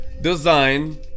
design